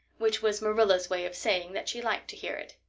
which was marilla's way of saying that she liked to hear it.